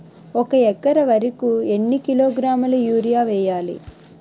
ఒక ఎకర వరి కు ఎన్ని కిలోగ్రాముల యూరియా వెయ్యాలి?